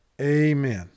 Amen